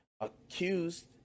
accused